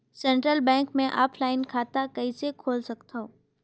Central bank मे offline खाता कइसे खोल सकथव?